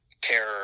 terror